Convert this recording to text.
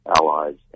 allies